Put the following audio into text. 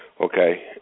okay